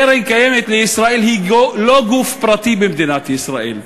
קרן קיימת לישראל היא לא גוף פרטי במדינת ישראל.